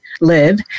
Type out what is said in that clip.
live